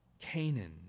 Canaan